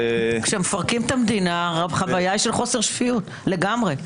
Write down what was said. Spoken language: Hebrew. כשמפרקים את המדינה החוויה היא של חוסר שפיות לגמרי.